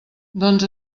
doncs